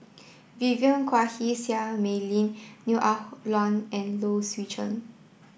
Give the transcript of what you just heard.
Vivien Quahe Seah Mei Lin Neo Ah Luan and Low Swee Chen